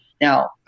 Now